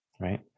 right